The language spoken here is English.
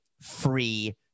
free